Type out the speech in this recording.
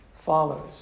follows